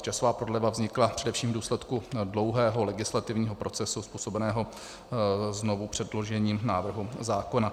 Časová prodleva vznikla především v důsledku dlouhého legislativního procesu způsobeného znovupředložením návrhu zákona.